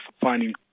finding